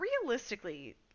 realistically